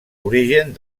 origen